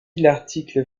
l’article